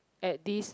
at this